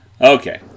Okay